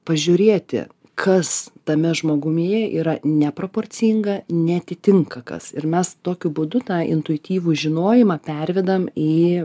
pažiūrėti kas tame žmogumyje yra neproporcinga neatitinka kas ir mes tokiu būdu tą intuityvų žinojimą pervedam į